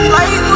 Life